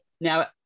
Now